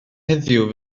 heddiw